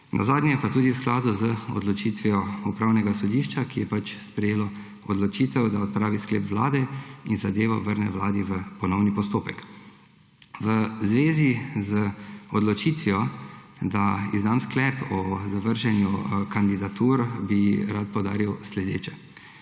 nazadnje pa tudi v skladu z odločitvijo Upravnega sodišča, ki je sprejelo odločitev, da odpravi sklep Vlade in zadevo vrne Vladi v ponovni postopek. V zvezi z odločitvijo, da izdam sklep o zavrženju kandidatur, bi rad poudaril naslednje.